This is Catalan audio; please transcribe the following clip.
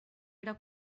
era